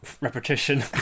repetition